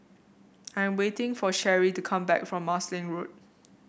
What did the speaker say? I'm waiting for Sheree to come back from Marsiling Road